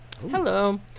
Hello